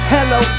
Hello